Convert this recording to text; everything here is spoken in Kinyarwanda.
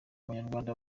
abanyarwanda